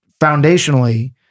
foundationally